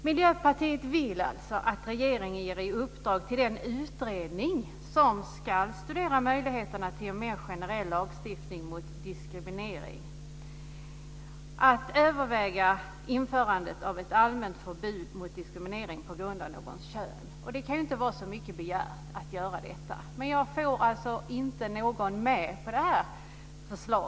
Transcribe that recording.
Miljöpartiet vill att regeringen ska ge den utredning som ska studera möjligheterna till en mer generell lagstiftning mot diskriminering i uppdrag att överväga införande av ett allmänt förbud mot diskriminering på grund av kön. Det kan inte vara för mycket begärt, men jag får inte med mig någon på det här förslaget.